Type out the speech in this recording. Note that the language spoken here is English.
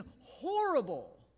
horrible